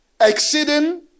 exceeding